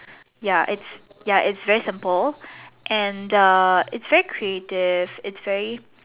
ya it's ya it's very simple and a it's very creative it's very